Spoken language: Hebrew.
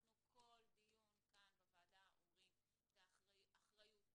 אנחנו כל דיון כאן בוועדה אומרים שזאת אחריות הורית,